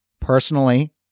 personally